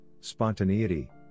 spontaneity